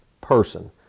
person